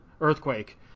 earthquake